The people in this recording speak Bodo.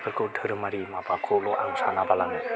धोरोमारि माबाखौल' सानाबालानो